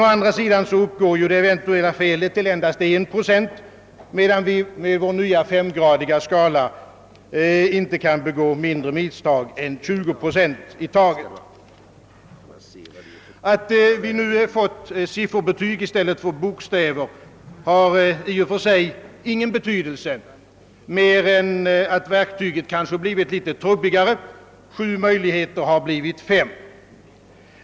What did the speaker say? Å andra sidan uppgår med denna skala det eventuella felet till endast 1 procent, medan vi med vår nya 5-gradiga skala inte kan begå mindre misstag än 20 procent. Att vi nu fått sifferbetyg i stället för bokstäver, har i och för sig ingen bety delse mer än att verktyget kanske blivit än trubbigare; sju möjligheter har blivit fem.